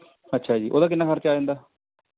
ਅੱਛਾ ਜੀ ਉਹਦਾ ਕਿੰਨਾ ਖਰਚਾ ਆ ਜਾਂਦਾ